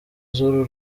z’uru